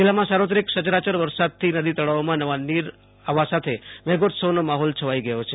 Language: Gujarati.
જીલ્લામાં સાર્વત્રિક સચરાચર વરસાદથી નદીનાળામાં નવા નીર આવવા સાથે મેઘોત્સવનો માહોલ છવાઈ ગયો છે